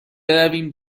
برویم